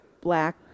Black